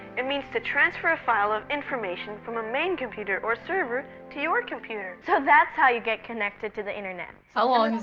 it means to transfer a file of information from a main computer or server to your computer. so that's how you get connected to the internet. how long is